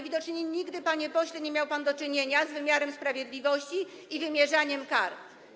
Widocznie nigdy, panie pośle, nie miał pan do czynienia z wymiarem sprawiedliwości i wymierzaniem kar.